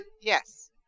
Yes